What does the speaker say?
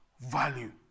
value